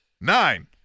Nine